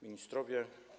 Ministrowie!